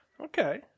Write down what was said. Okay